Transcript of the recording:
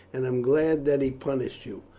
and am glad that he punished you.